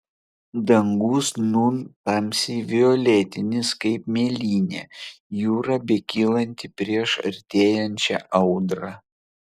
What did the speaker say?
dangus nūn tamsiai violetinis kaip mėlynė jūra bekylanti prieš artėjančią audrą